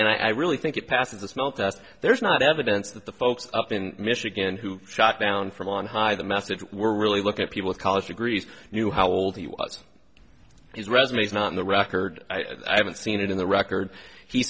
and i really think it passes the smell test there is not evidence that the folks up in michigan who shot down from on high the message were really look at people college degrees knew how old he was his resume is not in the record i haven't seen it in the record he